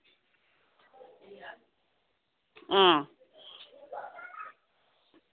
हां